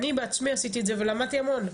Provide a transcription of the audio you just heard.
אני בעצמי עשיתי את זה ולמדתי המון,